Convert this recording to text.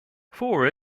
for